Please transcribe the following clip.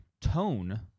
tone